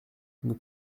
nous